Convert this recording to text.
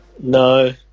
No